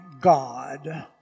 God